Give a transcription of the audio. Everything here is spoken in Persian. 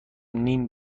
نیم